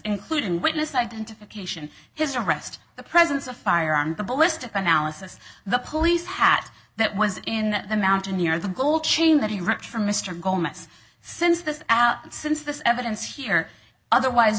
including witness identification his arrest the presence of firearms the ballistic analysis the police hat that was in the mountain near the gold chain that he wrote for mr gomez since this out since this evidence here otherwise